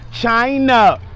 China